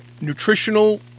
nutritional